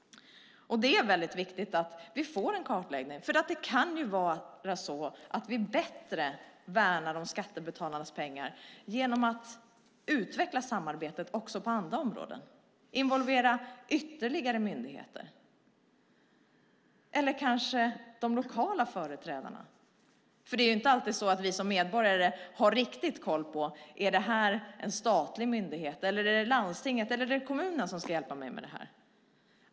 Det är viktigt att vi får en kartläggning. Det kan ju vara så att vi värnar skattebetalarnas pengar bättre genom att utveckla samarbetet också på andra områden och involvera ytterligare myndigheter eller de lokala företrädarna. Vi medborgare har inte alltid koll på om det är staten, kommunen eller landstinget som ska hjälpa oss.